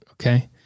okay